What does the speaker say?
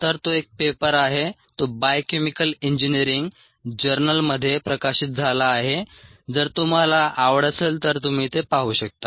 तर तो एक पेपर आहे तो बायोकेमिकल इंजिनिअरिंग जर्नलमध्ये प्रकाशित झाला आहे जर तुम्हाला आवड असेल तर तुम्ही ते पाहू शकता